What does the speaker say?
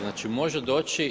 Znači može doći.